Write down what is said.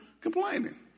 complaining